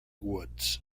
woods